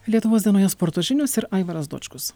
lietuvos dienoje sporto žinios ir aivaras dočkus